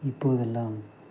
இப்போதெல்லாம்